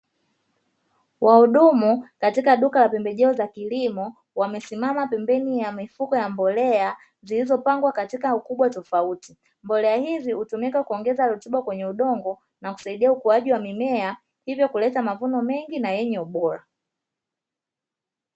Wahudumu katika duka la pembejeo za kilimo wamesimama pembeni ya mifuko ya mbolea zilizopangwa katika mifuko tofauti tofauti, mbolea hizi hutumika kuongeza rutuba kwenye udongo na kusaidia ukuaji wa mimea hivyo kuleta mavuno mengi na yenye ubora.